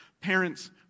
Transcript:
Parents